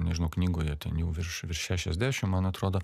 nežinau knygoje ten jau virš virš šešiasdešim man atrodo